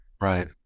right